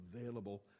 available